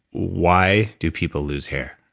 why do people lose hair?